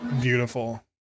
beautiful